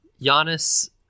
Giannis